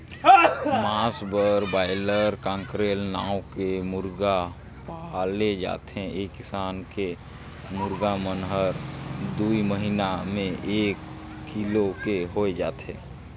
मांस बर broiler, cockerel नांव के मुरगा पाले जाथे ए किसम के मुरगा मन हर दूई महिना में एक किलो के होय जाथे